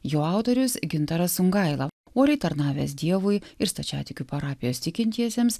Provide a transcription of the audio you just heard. jo autorius gintaras sungaila uoliai tarnavęs dievui ir stačiatikių parapijos tikintiesiems